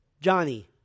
Johnny